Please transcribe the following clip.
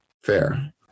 Fair